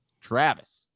Travis